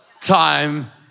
time